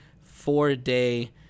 four-day